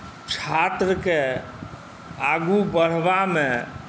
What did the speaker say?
छात्रके आगू बढ़बामे